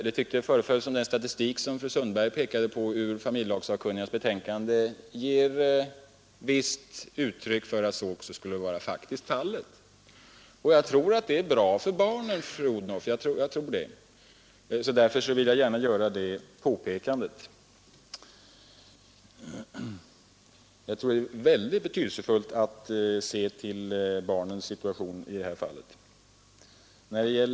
Det förefaller som om den statistik som fru Sundberg pekade på i familjelagssakkunnigas betänkande ger visst uttryck för att det också är ett faktum. Jag tror också att det är bra för barnen, fru Odhnoff, och det är väldigt betydelsefullt att se till barnens situation i det här fallet.